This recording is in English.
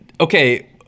Okay